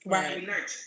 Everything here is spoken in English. Right